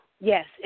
Yes